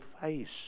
face